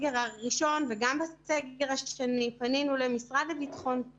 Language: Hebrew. הראשון וגם בסגר השני פנינו ולמשרד לביטחון פנים